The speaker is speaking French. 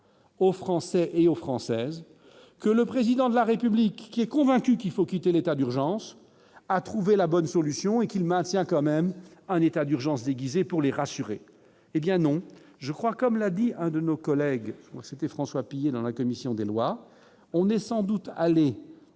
aux Français et aux Françaises que le président de la République qui est convaincu qu'il faut quitter l'état d'urgence à trouver la bonne solution et qu'il maintient quand même un état d'urgence déguisé pour les rassurer, hé bien non, je crois, comme l'a dit un de nos collègues, c'était François Pillet dans la commission des lois, on est sans doute aller